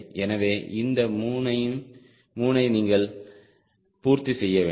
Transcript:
எனவே இந்த 3 ஐ நீங்கள் பூர்த்தி செய்ய வேண்டும்